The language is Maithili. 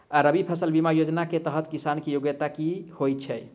रबी फसल बीमा योजना केँ तहत किसान की योग्यता की होइ छै?